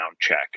check